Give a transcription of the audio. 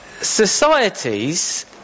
Societies